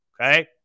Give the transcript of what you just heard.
Okay